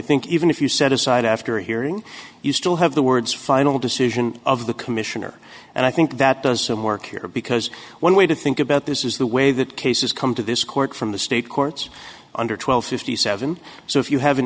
think even if you set aside after hearing you still have the words final decision of the commissioner and i think that does some work here because one way to think about this is the way that cases come to this court from the state courts under twelve fifty seven so if you have an